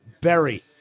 berry